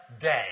Day